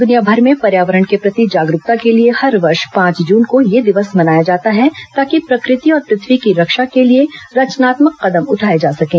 दुनियाभर में पर्यावरण के प्रति जागरूकता के लिए हर वर्ष पांच जून को यह दिवस मनाया जाता है ताकि प्रकृति और पृथ्वी की रक्षा के लिए रचनात्मक कदम उठाए जा सकें